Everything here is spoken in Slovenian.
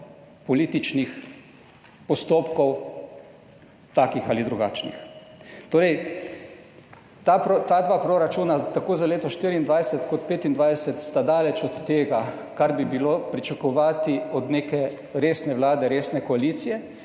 političnih postopkov, takih ali drugačnih. Torej, ta dva proračuna, tako za leto 2024 kot 2025, sta daleč od tega, kar bi bilo pričakovati od neke resne vlade, resne koalicije,